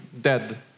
dead